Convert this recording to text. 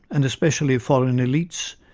and especially foreign elites,